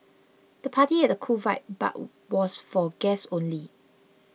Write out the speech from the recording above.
the party had a cool vibe but was for guests only